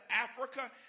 Africa